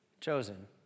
chosen